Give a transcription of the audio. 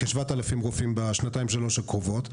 כ-7,000 רופאים בשנתיים-שלוש הקרובות.